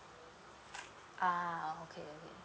ah okay